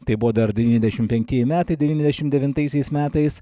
tai buvo dar devyniasdešim penktieji metai devyniasdešim devintaisiais metais